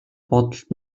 бодолд